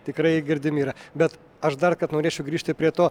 tikrai girdimi yra bet aš dar kart norėčiau grįžti prie to